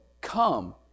come